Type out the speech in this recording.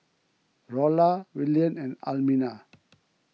Rolla Willian and Almina